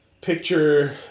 picture